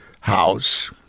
house